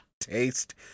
taste